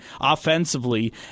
offensively